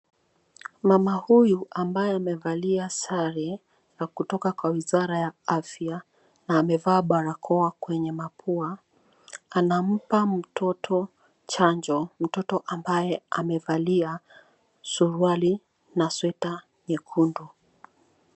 Mama huyu ambaye amevalia sare ya kutoka kwa wizara ya afya na amevaa barakoa kwenye mapua anampa mtoto chanjo, mtoto ambaye amevalia suruali na sweta nyekundu.